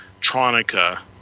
Tronica